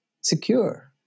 secure